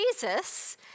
Jesus